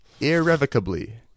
irrevocably